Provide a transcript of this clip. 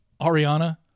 Ariana